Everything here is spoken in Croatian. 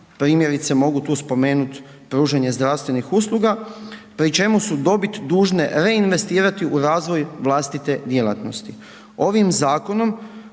primjerice mogu tu spomenuti pružanje zdravstvenih usluga, pri čemu su dobit dužne reinvestirati u razvoj vlastite djelatnosti. Ovim zakonom